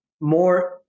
more